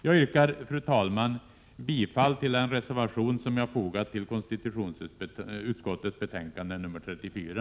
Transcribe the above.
Jag yrkar, fru talman, bifall till den reservation som jag fogat till konstitutionsutskottes betänkande nr 34.